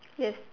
yes